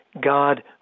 God